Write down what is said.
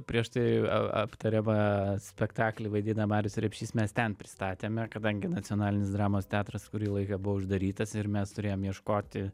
prieš tai aptariamą spektaklį vaidina marius repšys mes ten pristatėme kadangi nacionalinis dramos teatras kurį laiką buvo uždarytas ir mes turėjom ieškoti